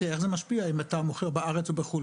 איך זה משפיע אם אתה מוכר בארץ ובחו"ל,